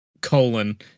colon